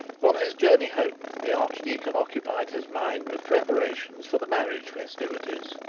on his journey home the archdeacon occupied his mind with preparations for the marriage festivities.